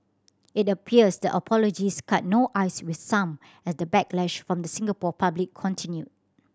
it appears the apologies cut no ice with some as the backlash from the Singapore public continued